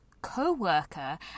co-worker